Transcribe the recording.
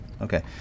Okay